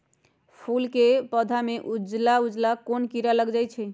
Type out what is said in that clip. फूल के पौधा में उजला उजला कोन किरा लग जई छइ?